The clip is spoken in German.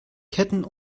ketten